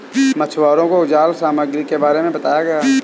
मछुवारों को जाल सामग्री के बारे में बताया गया